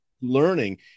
learning